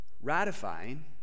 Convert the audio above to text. ratifying